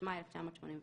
התשמ"א -1981";